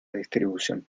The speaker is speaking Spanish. distribución